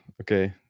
okay